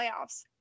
playoffs